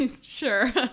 Sure